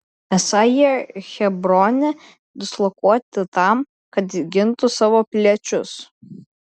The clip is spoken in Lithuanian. esą jie hebrone dislokuoti tam kad gintų savo piliečius